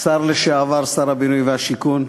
השר לשעבר, שר הבינוי והשיכון,